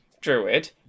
druid